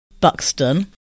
Buxton